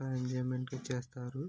బాగా ఎంజాయ్మెంట్ చేస్తారు